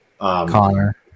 Connor